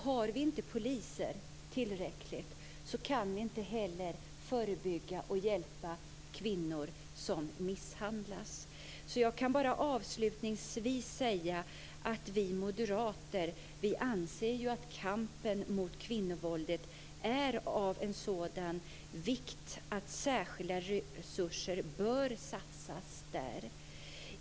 Har vi inte poliser så det räcker kan vi inte heller förebygga och hjälpa kvinnor som misshandlas. Jag kan bara säga att vi moderater anser att kampen mot kvinnovåldet är av sådan vikt att särskilda resurser bör satsas där.